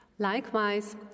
Likewise